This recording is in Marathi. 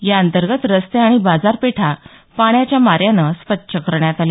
या अंतर्गत रस्ते आणि बाजारपेठा पाण्याच्या माऱ्याने स्वच्छ करण्यात आल्या